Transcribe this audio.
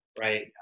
Right